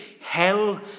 hell